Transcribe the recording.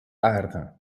aarde